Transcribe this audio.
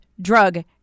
drug